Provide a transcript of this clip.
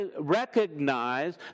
recognize